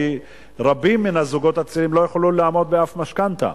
כי רבים מהזוגות הצעירים לא יוכלו לעמוד באף משכנתה,